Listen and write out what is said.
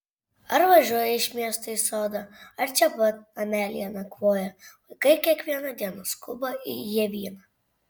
ar važiuoja iš miesto į sodą ar čia pat namelyje nakvoja vaikai kiekvieną dieną skuba į ievyną